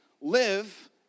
live